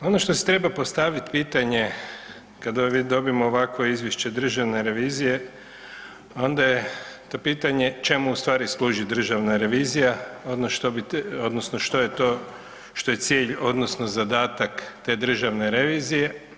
Ono što se treba postaviti pitanje kada dobijemo ovakva izvješća Državne revizije onda je to pitanje čemu ustvari služi Državna revizija odnosno što je to cilj odnosno zadatak te Državne revizije.